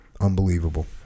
unbelievable